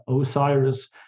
Osiris